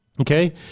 Okay